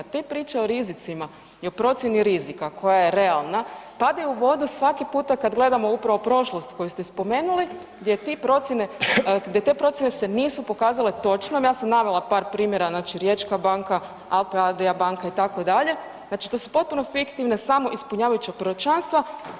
Te priče o rizicima i o procjeni rizika koja je realna padaju u vodu svaki puta kada gledamo upravo prošlost koju ste spomenuli, gdje ti procjene, gdje te procjene se nisu pokazale točnom, ja sam navela par primjera znači Riječka banka, Alpe Adria banka itd., znači to su potpuno fiktivne samoispunjavajuća proročanstva.